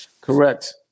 Correct